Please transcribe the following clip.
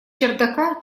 чердака